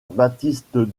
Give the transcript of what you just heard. baptiste